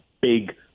big